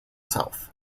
south